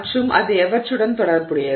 மற்றும் அது எவற்றுடன் தொடர்புடையது